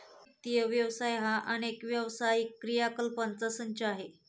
वित्त व्यवसाय हा अनेक व्यावसायिक क्रियाकलापांचा संच आहे